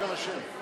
הכנסת חיים ילין.